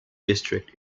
district